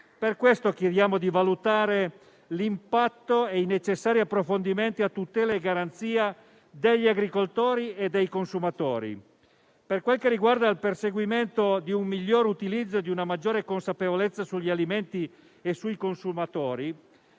Per questo chiediamo di valutare l'impatto e i necessari approfondimenti a tutela e garanzia degli agricoltori e dei consumatori. Per quel che riguarda il perseguimento di un migliore utilizzo e di una maggiore consapevolezza sugli alimenti e sui consumatori,